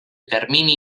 termini